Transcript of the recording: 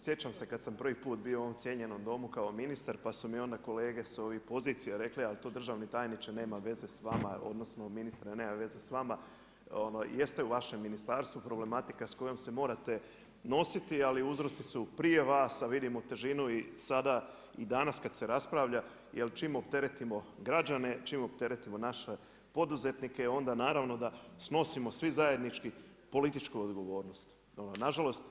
Sjećam se kada sam prvi put bio u ovom cijenjenom Domu kao ministar pa su mi onda kolege sa ovih pozicija rekle, ali to državni tajniče nema veze s vama, odnosno ministre nema veze sa vama, jeste u vašem ministarstvu, problematika s kojom se morate nositi, ali uzroci su prije vas a vidimo težinu i sada i danas kada se raspravlja jer čim opteretimo građane, čim opteretimo naše poduzetnike, onda naravno da snosimo svi zajednički političku odgovornost, nažalost.